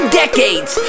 decades